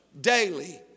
daily